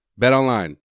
BetOnline